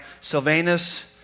Sylvanus